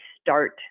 START